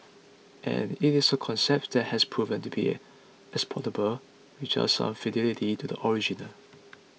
and it is a concept that has proven to be exportable with just some fidelity to the original